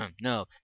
No